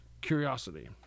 curiosity